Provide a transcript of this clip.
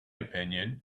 opinion